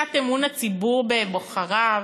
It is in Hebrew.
קצת אמון הציבור בבוחריו,